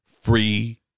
Free